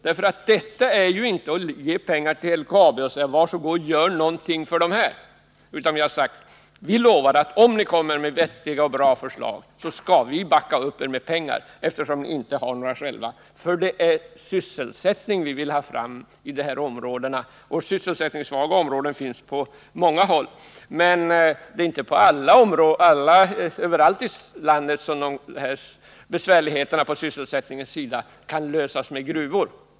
Här är det ju inte fråga om att ge pengar till LKAB och säga: Var så god, gör någonting för det här beloppet! Nej, vi har sagt: Vi lovar att om ni kommer med vettiga och bra förslag så skall vi backa upp er med pengar, eftersom ni inte har några själva. Det är sysselsättning vi vill ha fram. Sysselsättningssvaga områden finns på många håll, men det är inte överallt i landet som besvärligheterna på sysselsättningsområdet kan klaras med gruvor.